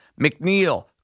McNeil